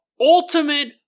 ultimate